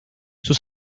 sus